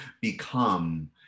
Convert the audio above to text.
become